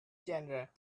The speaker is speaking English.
genre